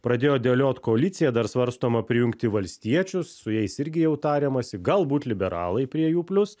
pradėjo dėliot koaliciją dar svarstoma prijungti valstiečius su jais irgi jau tariamasi galbūt liberalai prie jų plius